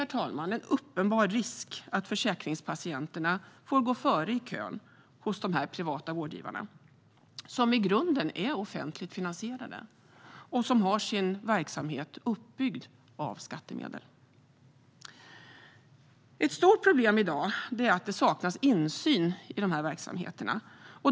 Det finns en uppenbar risk att försäkringspatienterna får gå före i kön hos de privata vårdgivarna, som i grunden är offentligt finansierade och som har sin verksamhet uppbyggd av skattemedel. Ett stort problem i dag är att det saknas insyn i de verksamheterna.